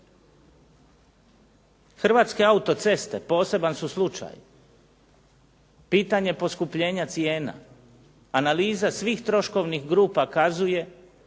Hrvatske autoceste poseban su slučaj. Pitanje poskupljenja cijena, analiza svih troškovnih grupa kazuje